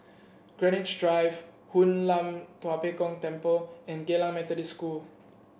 Greenwich Drive Hoon Lam Tua Pek Kong Temple and Geylang Methodist School